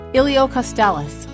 Iliocostalis